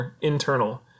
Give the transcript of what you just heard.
internal